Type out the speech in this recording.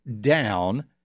down